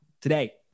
today